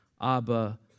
Abba